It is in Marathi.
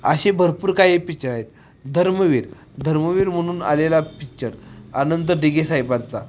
असे भरपूर काही पिक्चर आहेत धर्मवीर धर्मवीर म्हणून आलेला पिक्चर आनंद दिघे साहेबांचा